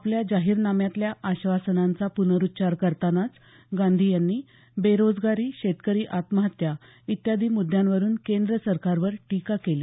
आपल्या जाहीरनाम्यातल्या आश्वासनांचा गांधी यांनी पुनरुच्चार करतानाच गांधी यांनी बेरोजगारी शेतकरी आत्महत्या इत्यादी मृद्यांवरून केंद्र सरकारवर टीका केली